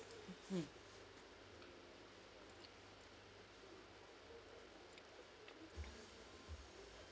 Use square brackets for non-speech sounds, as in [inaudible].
mmhmm [noise]